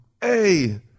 hey